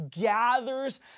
gathers